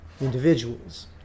individuals